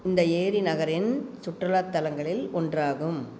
இந்த ஏரி நகரின் சுற்றுலாத் தலங்களில் ஒன்றாகும்